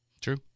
True